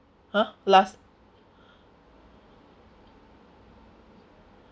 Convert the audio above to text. !huh! last